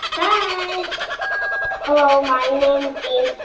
bye and hello, my name's dean,